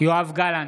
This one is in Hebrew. יואב גלנט,